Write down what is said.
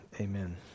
amen